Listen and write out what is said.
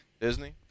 Disney